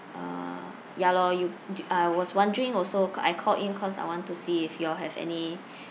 uh ya lor you I was wondering also ca~ I called in cause I want to see if you all have any